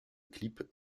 clips